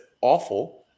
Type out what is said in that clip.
awful